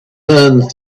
learned